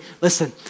Listen